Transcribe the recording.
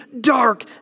dark